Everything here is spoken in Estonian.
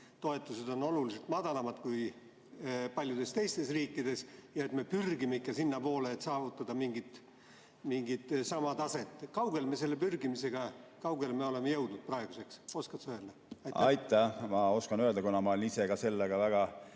toetused on oluliselt madalamad kui paljude teiste riikide [toetused], ja et me pürgime ikka sinnapoole, et saavutada mingit sama taset. Kui kaugele me selle pürgimisega oleme jõudnud praeguseks, oskad sa öelda? Aitäh! Oskan öelda. Kuna ma olen ise ka sellega väga